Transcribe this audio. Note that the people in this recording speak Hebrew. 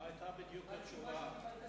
מה היתה התשובה בדיוק?